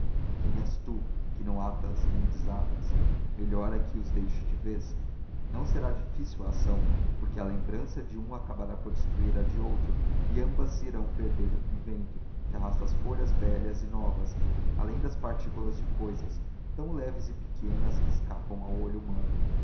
quem és tu que não atas nem desatas melhor é que os deixes de vez não será difícil a ação porque a lembrança de um acabará por destruir a de outro e ambas se irão perder com o vento que arrasta as folhas velhas e novas além das partículas de cousas tão leves e pequenas que escapam ao olho humano